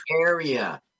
area